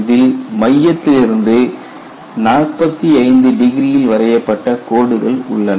இதில் மையத்திலிருந்து 45 டிகிரியில் வரையப்பட்ட கோடுகள் உள்ளன